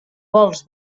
vols